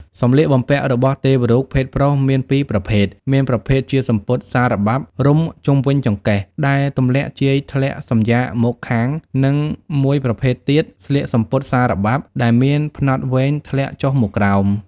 សម្លៀកបំពាក់របស់ទេវរូបភេទប្រុសមានពីរប្រភេទ មួយប្រភេទជាសំពត់សារបាប់រុំជុំវិញចង្កេះ ដែលទម្លាក់ជាយធ្លាក់សំយាកមកខាង និងមួយប្រភេទទៀតស្លៀកសំពត់សារបាប់ដែលមានផ្នត់វែងធ្លាក់ចុះមកក្រោម។